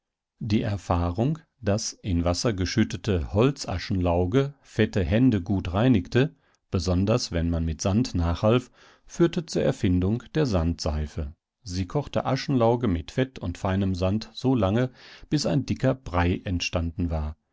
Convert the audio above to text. die erfahrung daß in wasser geschüttete holzaschenlauge fette hände gut reinigte besonders wenn man mit sand nachhalf führte zur erfindung der sandseife sie kochte aschenlauge mit fett und feinem sand so lange bis ein dicker brei entstanden war